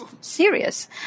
serious